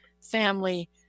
family